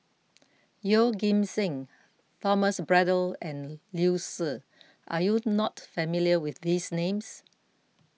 Yeoh Ghim Seng Thomas Braddell and Liu Si are you not familiar with these names